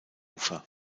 ufer